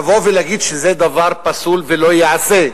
לבוא ולהגיד שזה דבר פסול ולא ייעשה.